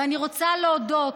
ואני רוצה להודות